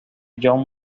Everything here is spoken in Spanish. john